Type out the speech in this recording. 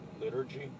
liturgy